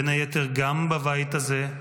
בין היתר גם בבית הזה,